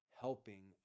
helping